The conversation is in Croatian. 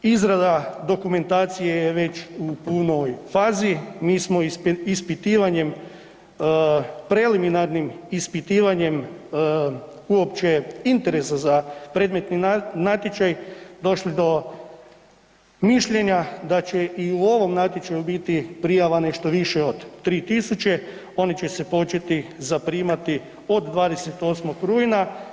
Izrada dokumentacije je već u punoj fazi, mi smo ispitivanjem, preliminarnim ispitivanjem uopće interesa za predmetni natječaj došli do mišljenja da će i u ovom natječaju biti prijava nešto više od 3.000 oni će se početi zaprimati od 28. rujna.